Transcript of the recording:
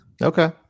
Okay